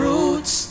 Roots